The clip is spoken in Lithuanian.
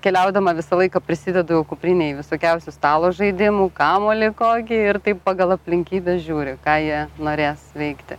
keliaudama visą laiką prisidedu kuprinėj visokiausių stalo žaidimų kamuolį kokį ir taip pagal aplinkybes žiūri ką jie norės veikti